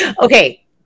okay